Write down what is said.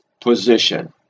position